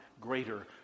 greater